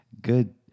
good